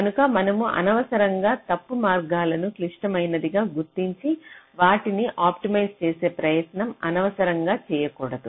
కనుక మనము అనవసరంగా తప్పు మార్గాలను క్లిష్టమైనదిగా గుర్తించి వాటిని ఆప్టిమైజ్ చేసే ప్రయత్నం అనవసరంగా చేయకూడదు